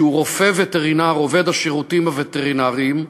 שהוא רופא וטרינר עובד השירותים הווטרינריים,